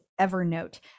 Evernote